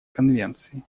конвенции